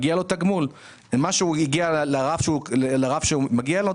לרף שמגיע לו,